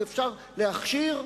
אם אפשר להכשיר,